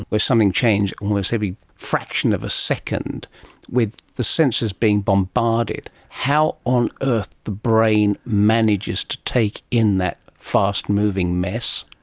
where something changes almost every fraction of a second with the senses being bombarded, how on earth the brain manages to take in that fast moving mess?